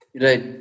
Right